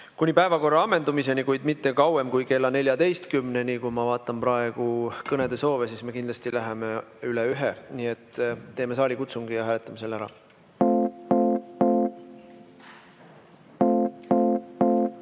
kuni päevakorra ammendumiseni, kuid mitte kauem kui kella 14-ni. Kui ma vaatan praegu kõnede soove, siis näen, et me kindlasti läheme üle kella 13. Teeme saalikutsungi ja hääletame selle